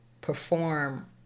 perform